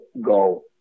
go